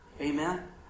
Amen